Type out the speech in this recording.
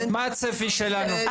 מה הצפי שלנו?